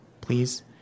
please